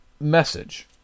message